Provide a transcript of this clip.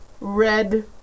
red